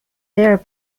there